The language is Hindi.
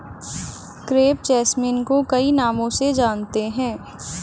क्रेप जैसमिन को कई नामों से जानते हैं